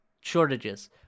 shortages